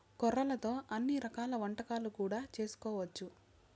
కొర్రలతో అన్ని రకాల వంటలు కూడా చేసుకోవచ్చు